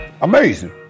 amazing